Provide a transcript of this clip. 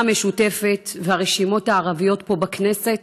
המשותפת והרשימות הערביות פה בכנסת